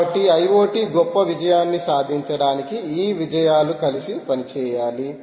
కాబట్టి IoT గొప్ప విజయాన్ని సాధించడానికి ఈ విజయాలు కలిసి పనిచేయాలి